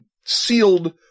sealed